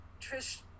Trish